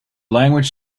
languages